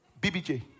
BBJ